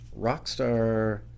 Rockstar